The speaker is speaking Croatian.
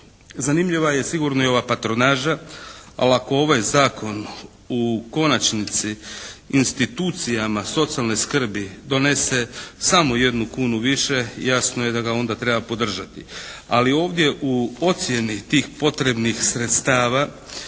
Zanimljiva je sigurno i ova patronaža, ali ako ovaj Zakon u konačnici institucijama socijalne skrbi donese samo jednu kunu više jasno je da ga onda treba podržati, ali ovdje u ocjeni tih potrebnih sredstava